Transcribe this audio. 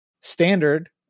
standard